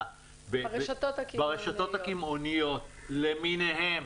ברשתות הקמעוניות למיניהן.